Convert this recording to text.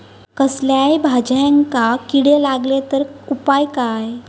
कसल्याय भाजायेंका किडे लागले तर उपाय काय?